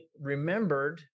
remembered